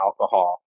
alcohol